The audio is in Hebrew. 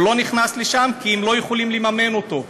הוא לא נכנס לשם כי הם לא יכולים לממן אותו,